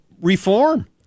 reform